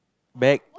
bag